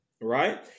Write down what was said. right